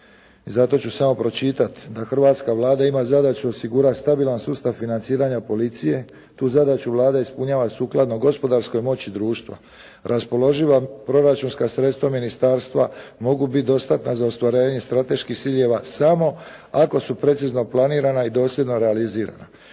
Zato ću samo pročitati da hrvatska Vlada ima zadaću osigurati stabilan sustav financiranja policije, tu zadaća Vlada ispunjava sukladno gospodarskoj moći društva. Raspoloživa proračunska sredstva ministarstva mogu biti dostatna za ostvarenje strateških ciljeva samo ako su precizno planirana i dosljedno realizirana.